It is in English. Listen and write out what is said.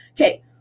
Okay